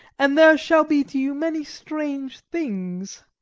and there shall be to you many strange things.